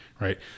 right